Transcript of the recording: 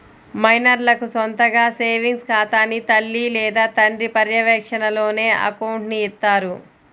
మైనర్లకు సొంతగా సేవింగ్స్ ఖాతాని తల్లి లేదా తండ్రి పర్యవేక్షణలోనే అకౌంట్ని ఇత్తారు